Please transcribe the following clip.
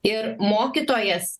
ir mokytojas